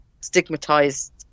stigmatized